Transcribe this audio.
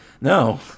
No